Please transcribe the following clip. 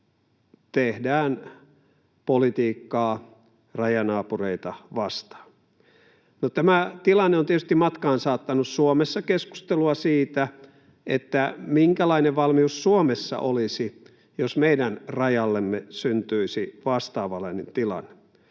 tehdään politiikkaa rajanaapureita vastaan. No, tämä tilanne on tietysti matkaansaattanut Suomessa keskustelua siitä, minkälainen valmius Suomessa olisi, jos meidän rajallemme syntyisi vastaavanlainen tilanne.